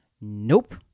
Nope